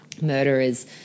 murderers